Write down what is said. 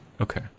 Okay